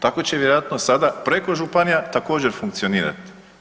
Tako će vjerojatno sada preko županija također funkcionirati.